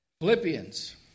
Philippians